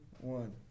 one